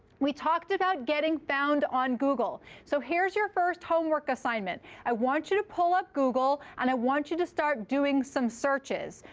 we talked about getting found on google. so here's your first homework assignment. i want you to pull up google. and i want you to start doing some searches.